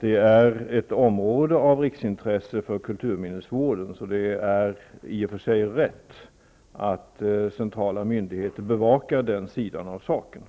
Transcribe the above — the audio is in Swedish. det är ett område av riksintresse för kulturminnesvården, så det är i och för sig rätt att centrala myndigheter bevakar den sidan av saken.